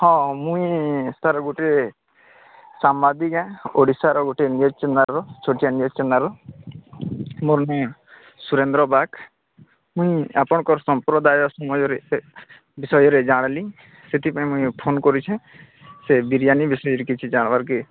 ହଁ ମୁଇଁ ସାର୍ ଗୋଟେ ସାମ୍ବାଦିକା ଓଡ଼ିଶାର ଗୋଟେ ନ୍ୟୁଜ୍ ଚ୍ୟାନେଲ୍ର ଛୋଟିଆ ନ୍ୟୁଜ୍ ଚ୍ୟାନେଲ୍ ମୋର ନାଁ ସୁରେନ୍ଦ୍ର ବାଗ ମୁଇଁ ଆପଣଙ୍କର ସମ୍ପ୍ରଦାୟ ସମୟରେ ସେ ବିଷୟରେ ଜାଣିଲି ସେଥିପାଇଁ ମୁଇଁ ଫୋନ୍ କରିଛେଁ ସେ ବିରିୟାନୀ ବିଷୟରେ କିଛି ଜାଣବାର୍କେ